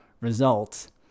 results